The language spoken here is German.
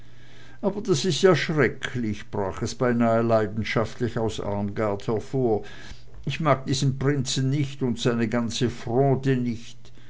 aber das ist ja schrecklich brach es beinahe leidenschaftlich aus armgard hervor ich mag diesen prinzen nicht und seine ganze fronde nicht